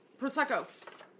Prosecco